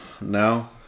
Now